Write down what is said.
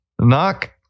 Knock